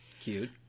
cute